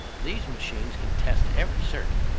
these machines can test every circuit,